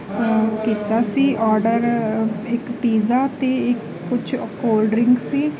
ਕੀਤਾ ਸੀ ਆਰਡਰ ਇੱਕ ਪੀਜ਼ਾ ਅਤੇ ਕੁਛ ਕੋਲਡ ਡਰਿੰਕਸ ਸੀ